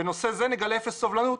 בנושא זה נגלה אפס סובלנות,